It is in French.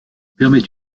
permet